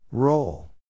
Roll